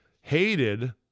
Hated